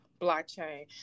blockchain